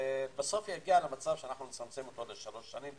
שבסוף יגיע למצב שנצמצם אותו לשלוש שנים,